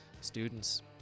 students